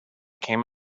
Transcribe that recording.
came